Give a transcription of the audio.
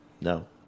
No